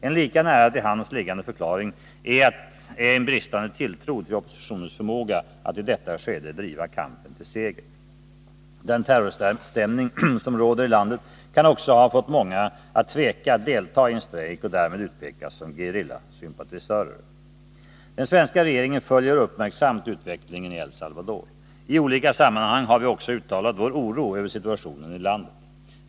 En lika nära till hands liggande förklaring är en bristande tilltro till oppositionens förmåga att i detta skede driva kampen till seger. Den terrorstämning som råder i landet kan också ha fått många att tveka att delta i en strejk och därmed utpekas som gerillasympatisör. Den svenska regeringen följer uppmärksamt utvecklingen i El Salvador. I olika sammanhang har vi också uttalat vår oro över situationen i landet.